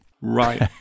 Right